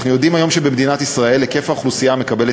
אנחנו יודעים היום שהיקף האוכלוסייה המקבלת